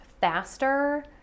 faster